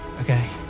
Okay